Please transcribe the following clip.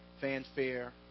fanfare